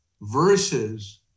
versus